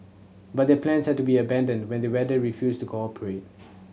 but their plans had to be abandoned when the weather refused to cooperate